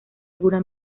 alguna